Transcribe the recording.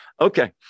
Okay